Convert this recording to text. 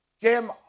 Jim